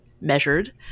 measured